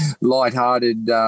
lighthearted